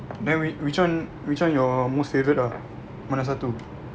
then which one which one your most favourite ah mana satu